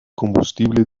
combustible